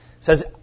says